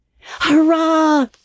Hurrah